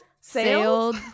sailed